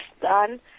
done